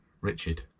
Richard